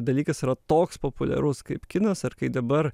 dalykas yra toks populiarus kaip kinas ar kai dabar